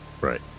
Right